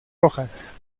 rojas